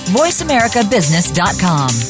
voiceamericabusiness.com